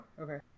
Okay